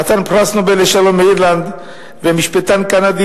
חתן פרס נובל לשלום מאירלנד ומשפטן קנדי